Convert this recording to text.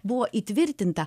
buvo įtvirtinta